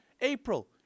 April